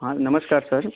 हाँ नमस्कार सर